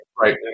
right